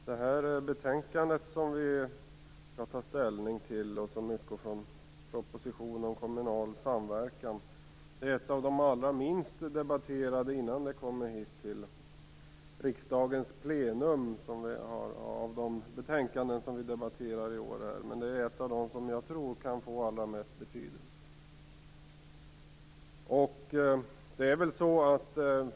Fru talman! Betänkandet vi skall ta ställning till utgår från propositionen om kommunal samverkan. Betänkandet är ett av de allra minst debatterade innan det har kommit hit till riksdagens plenum av de betänkanden vi debatterar i år. Men det är ett av dem jag tror kan få störst betydelse.